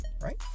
Right